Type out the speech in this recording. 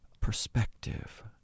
perspective